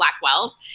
Blackwell's